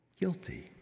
Guilty